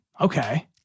Okay